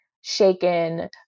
shaken